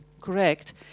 correct